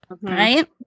Right